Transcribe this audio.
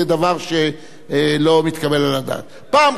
פעם חשבה כנסת ישראל, 18 שרים.